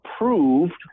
approved